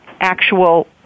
actual